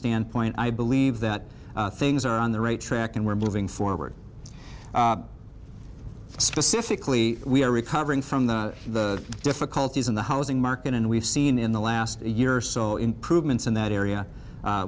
standpoint i believe that things are on the right track and we're moving forward specifically we are recovering from the the difficulties in the housing market and we've seen in the last a year or so improvements in that area